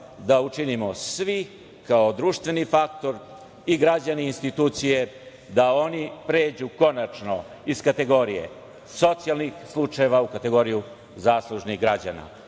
da učinimo svi kao društveni faktor i građani, institucije da oni pređu konačno iz kategorije socijalnih slučajeva u kategoriju zaslužnih građana